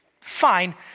Fine